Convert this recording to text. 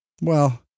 Well-